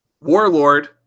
Warlord